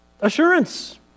Assurance